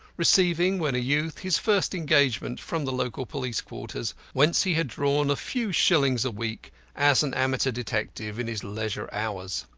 receiving when a youth his first engagement from the local police quarters, whence he had drawn a few shillings a week as an amateur detective in his leisure hours.